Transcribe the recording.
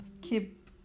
keep